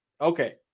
okay